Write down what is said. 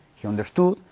he understood,